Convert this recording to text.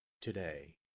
today